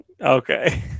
Okay